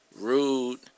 rude